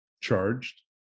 charged